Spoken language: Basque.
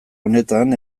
honetan